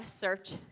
search